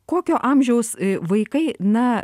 kokio amžiaus vaikai na